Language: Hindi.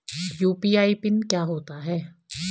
यु.पी.आई पिन क्या होता है?